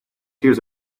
hears